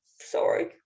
Sorry